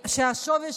תרצו או לא תרצו.